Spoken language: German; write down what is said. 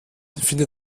findet